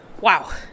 Wow